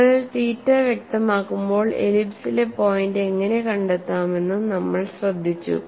നിങ്ങൾ തീറ്റ വ്യക്തമാക്കുമ്പോൾ എലിപ്സിലെ പോയിന്റ് എങ്ങനെ കണ്ടെത്താമെന്നും നമ്മൾ ശ്രദ്ധിച്ചു